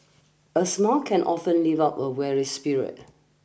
a smile can often lift up a weary spirit